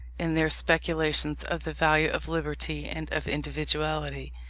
in their speculations, of the value of liberty and of individuality.